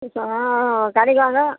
சரி சொல்லுங்கள் ஆ கடைக்கு வாங்க